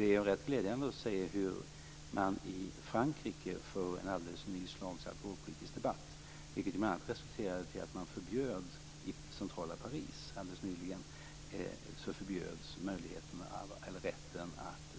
Det är rätt glädjande att se hur man i Frankrike alldeles nyligen förde en alkoholpolitisk debatt, vilket bl.a. resulterade i att man förbjöd rätten att i centrala Paris